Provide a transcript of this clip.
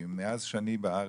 כי מאז שאני בארץ,